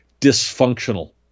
dysfunctional